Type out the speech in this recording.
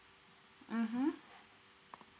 mmhmm